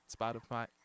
Spotify